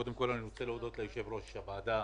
קודם כול, אני רוצה להודות ליושב-ראש הוועדה